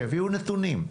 שיביאו נתונים,